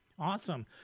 Awesome